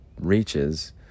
reaches